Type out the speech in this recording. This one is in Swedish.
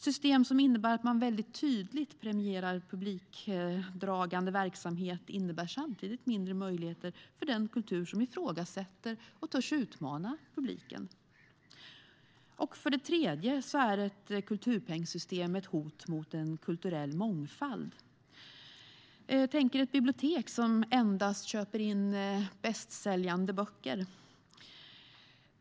System som innebär att man väldigt tydligt premierar publikdragande verksamhet innebär samtidigt mindre möjligheter för den kultur som ifrågasätter och törs utmana publiken. För det tredje är ett kulturpengsystem ett hot mot en kulturell mångfald. Tänk er ett bibliotek som endast köper in bästsäljande böcker.